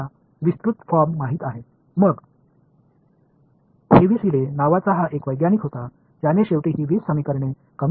இந்த 20 சமன்பாடுகளை இறுதியாக 4 சமன்பாடுகளாக ஹெவிசைட் என்ற விஞ்ஞானி குறைத்தார் இதைத்தான் 1888 முதல் நாம் படித்து வருகிறோம்